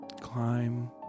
climb